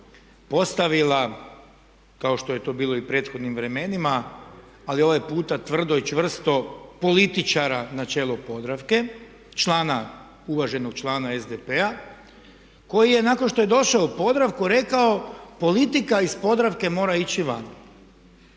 postavila kao što je to bilo i u prethodnim vremenima ali ovaj puta tvrdo i čvrsto političara na čelo Podravke, uvaženog člana SDP-a koji je nakon što je došao u Podravku rekao politika iz Podravke mora ići van.